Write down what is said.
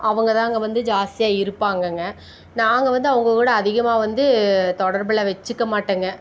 அவங்க தான் அங்கே வந்து ஜாஸ்தியாக இருப்பாங்கங்க நாங்கள் வந்து அவங்க கூட அதிகமாக வந்து தொடர்பில் வெச்சுக்க மாட்டேங்க